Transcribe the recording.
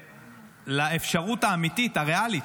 ולאפשרות האמיתית, הריאלית,